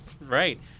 Right